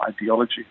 ideology